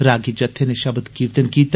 रागी जत्थे नै षब्द कीर्तन कीता